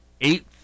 eight